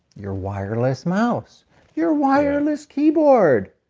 your wireless mouse your wireless keyboard,